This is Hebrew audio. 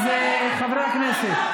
או שאתה מתנגד, חברי הכנסת.